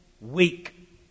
week